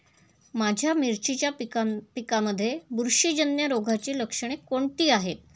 माझ्या मिरचीच्या पिकांमध्ये बुरशीजन्य रोगाची लक्षणे कोणती आहेत?